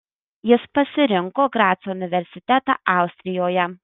jis pasirinko graco universitetą austrijoje